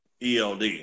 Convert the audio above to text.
ELD